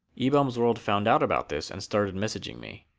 ebaum's world found out about this and started messaging me.